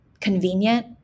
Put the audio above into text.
convenient